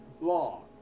law